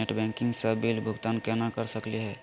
Net banking स bill भुगतान केना कर सकली हे?